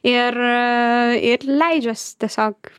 ir ir leidžiuosi tiesiog